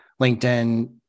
LinkedIn